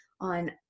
on